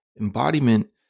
embodiment